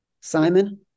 Simon